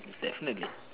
definitely